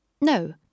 No